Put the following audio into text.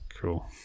Cool